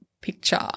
picture